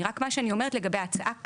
אני אומרת שלגבי ההצעה כאן,